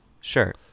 sure